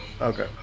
Okay